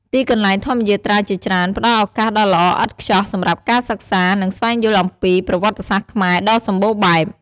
ទីកន្លែងធម្មយាត្រាជាច្រើនផ្តល់ឱកាសដ៏ល្អឥតខ្ចោះសម្រាប់ការសិក្សា និងស្វែងយល់អំពី ប្រវត្តិសាស្ត្រខ្មែរ ដ៏សម្បូរបែប។